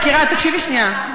יקירה, תקשיבי שנייה.